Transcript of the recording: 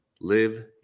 live